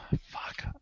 fuck